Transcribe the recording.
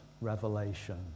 revelation